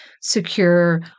secure